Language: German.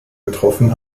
getroffen